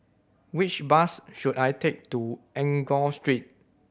which bus should I take to Enggor Street